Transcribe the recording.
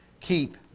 keep